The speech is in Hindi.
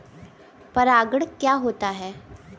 परागण क्या होता है?